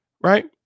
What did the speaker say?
right